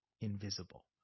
invisible